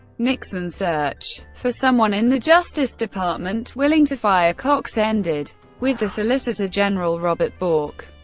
nixon's search for someone in the justice department willing to fire cox ended with the solicitor general robert bork.